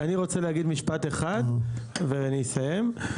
רוצה להגיד משפט אחד ואני אסיים.